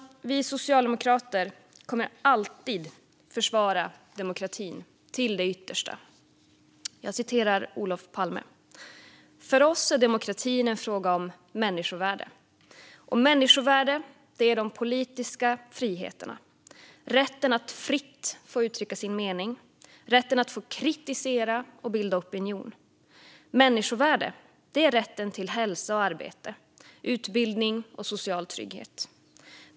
Vi socialdemokrater kommer alltid att försvara demokratin till det yttersta. Jag citerar Olof Palme: "För oss är demokratin en fråga om människovärde. Och människovärde, det är de politiska friheterna, rätten att fritt få uttrycka sin mening, rätten att få kritisera och bilda opinion. Människovärde - det är rätten till hälsa och arbete, utbildning och social trygghet.